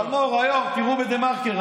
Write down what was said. פלמור היום, תיראו בדה-מרקר.